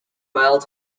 mild